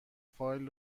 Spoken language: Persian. فایل